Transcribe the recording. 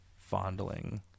fondling